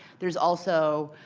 there is also